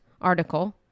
article